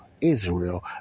Israel